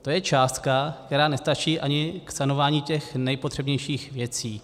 To je částka, která nestačí ani k sanování těch nejpotřebnějších věcí.